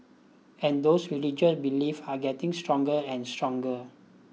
and those belief are getting stronger and stronger